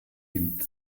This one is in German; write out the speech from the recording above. ihn